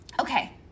Okay